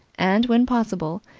and, when possible,